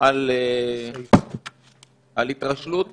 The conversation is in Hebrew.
על התרשלות